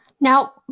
Now